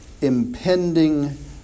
impending